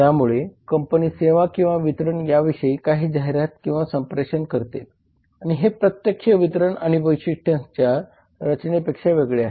त्यामुळे कंपनी सेवा किंवा वितरण याविषयी काही जाहिरात किंवा संप्रेषण करते आणि हे प्रत्यक्ष वितरण आणि वैशिष्ट्यांसाठीच्या रचनेपेक्षा वेगळे आहेत